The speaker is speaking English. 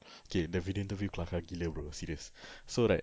okay the video interview kelakar gila bro serious so right